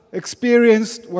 experienced